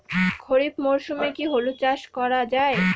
খরিফ মরশুমে কি হলুদ চাস করা য়ায়?